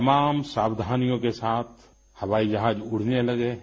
तमाम सावधानियों के साथ हवाई जहाज उड़ने लगे हैं